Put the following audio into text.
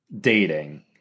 dating